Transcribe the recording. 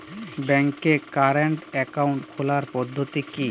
ব্যাংকে current account খোলার পদ্ধতি কি?